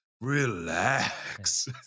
relax